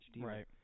right